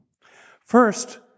First